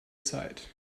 zeit